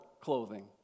clothing